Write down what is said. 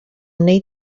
wnei